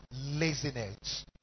laziness